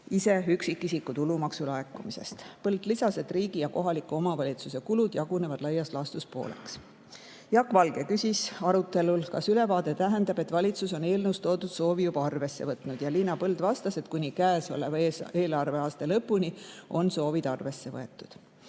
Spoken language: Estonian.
ise üksikisiku tulumaksu laekumisest. Põld lisas, et riigi ja kohaliku omavalitsuse kulud jagunevad laias laastus pooleks. Jaak Valge küsis arutelul, kas ülevaade tähendab, et valitsus on eelnõus toodud soovi juba arvesse võtnud. Liina Põld vastas, et kuni käesoleva eelarveaasta lõpuni on soovid arvesse võetud.